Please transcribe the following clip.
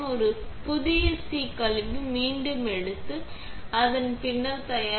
ஒரு புதிய சி கழிவு மீண்டும் எடுத்து அடுத்த பயனர் பின் தயார்